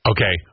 Okay